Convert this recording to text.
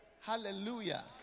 Hallelujah